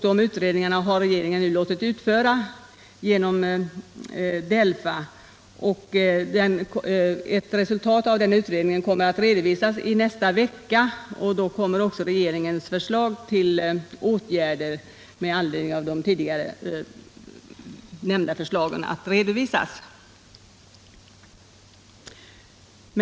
De utredningarna har regeringen nu låtit utföra genom DELFA, och resultatet av den utredningen kommer att redovisas i nästa vecka, då också regeringens förslag till åtgärder med anledning av de tidigare nämnda förslagen kommer att redovisas.